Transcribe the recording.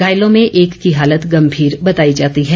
घायलों में एक की हालत गंभीर बताई जाती है